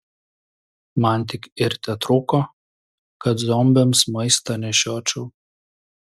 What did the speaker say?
man tik ir tetrūko kad zombiams maistą nešiočiau